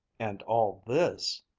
and all this,